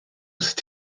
sut